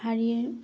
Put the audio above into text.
শাৰীয়ে